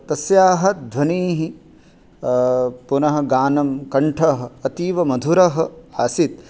तस्याः ध्वनिः पुनः गानं कन्ठः अतीवमधुरः आसीत्